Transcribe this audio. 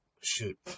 Shoot